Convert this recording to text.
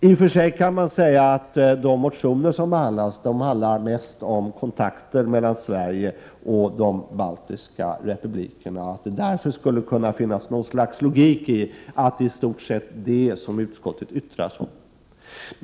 I och för sig kan man säga att de motioner som behandlas mest gäller kontakter mellan Sverige och de baltiska republikerna och att det därför skulle kunna finnas något slags logik i att det i stort sett är detta som utskottet yttrar sig om.